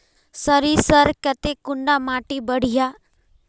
सरीसर केते कुंडा माटी बढ़िया?